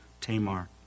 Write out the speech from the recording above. Tamar